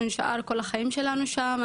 אנחנו נישאר כל החיים שלנו שם,